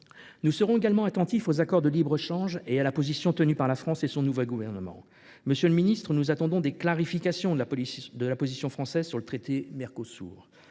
Nous serons également attentifs aux accords de libre échange et à la position tenue par la France et son nouveau gouvernement. Monsieur le ministre, nous attendons des clarifications de la position française sur le traité avec